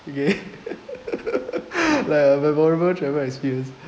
okay like memorable travel experience